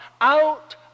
out